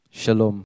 Shalom